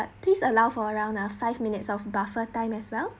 please allow for round ah five minutes of buffer time as well